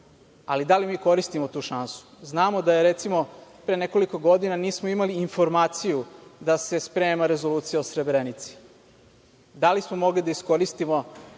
ali da li mi koristimo tu šansu? Znamo da pre nekoliko godina nismo imali ni informaciju da se sprema Rezolucija o Srebrenici. Da li smo mogli da iskoristimo